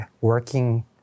working